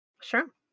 Sure